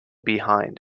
behind